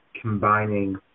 combining